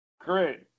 great